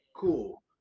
cool